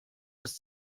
das